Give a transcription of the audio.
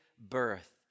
birth